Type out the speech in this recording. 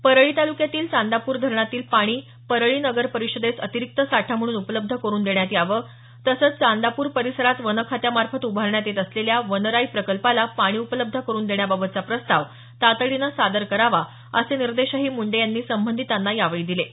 परळी तालुक्यातील चांदापूर धरणातील पाणी परळी नगर परिषदेस अतिरिक्त साठा म्हणून उपलब्ध करून देण्यात यावं तसंच चांदापूर परिसरात वन खात्यामार्फत उभारण्यात येत असलेल्या वनराई प्रकल्पाला पाणी उपलब्ध करून देण्याबाबतचा प्रस्ताव तातडीनं सादर करावा असे निर्देश मुंडे यांनी संबंधितांना दिले आहेत